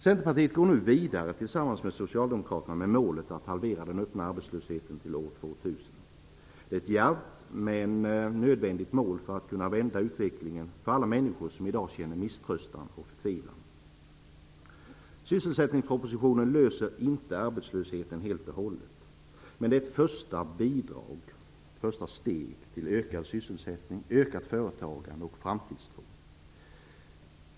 Centerpartiet går nu vidare tillsammans med socialdemokraterna med målet att halvera den öppna arbetslösheten till år 2000. Det är ett djärvt men nödvändigt mål för att kunna vända utvecklingen för alla människor som i dag känner misströstan och förtvivlan. Sysselsättningspropositionen löser inte problemen med arbetslösheten helt och hållet, men den är ett första steg till ökad sysselsättning, ökat företagande och ökad framtidstro.